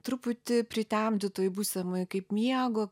truputį pritemdytoj būsenoj kaip miego